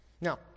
Now